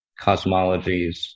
cosmologies